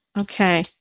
Okay